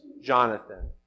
Jonathan